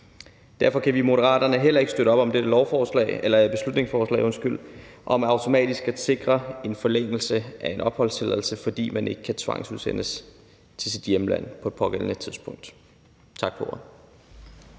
Derfor kan vi i Moderaterne heller ikke støtte op om dette beslutningsforslag om automatisk at sikre en forlængelse af en opholdstilladelse, fordi man ikke kan tvangsudsendes til sit hjemland på det pågældende tidspunkt. Tak for ordet.